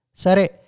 Sare